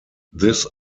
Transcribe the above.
this